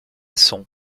sont